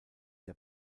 der